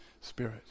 spirit